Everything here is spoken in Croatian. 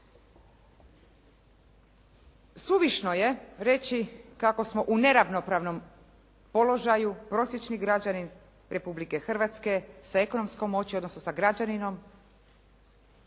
Suvišno je reći kako smo u neravnopravnom položaju prosječni građanin Republike Hrvatske s ekonomskom moći, odnosno sa građaninom